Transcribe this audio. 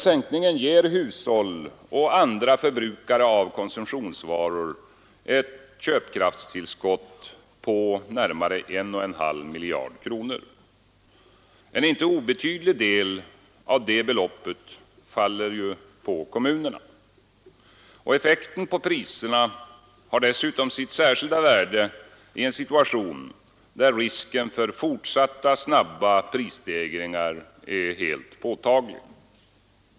Sänkningen ger hushåll och andra förbrukare av konsumtionsvaror ett köpkraftstillskott på närmare 1,5 miljarder kronor. En inte obetydlig del av detta belopp faller på kommunerna. Effekten på priserna har dessutom sitt särskilda värde i en situation där risken för fortsatta snabba prisstegringar är helt påtaglig.